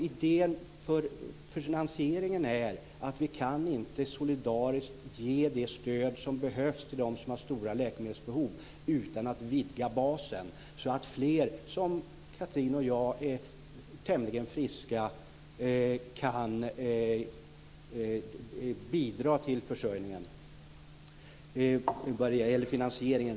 Idén bakom finansieringen är att vi inte solidariskt kan ge det stöd som behövs till dem som har stora läkemedelsbehov utan att vidga basen så att fler, som Catherine och jag som är tämligen friska, kan bidra till finansieringen.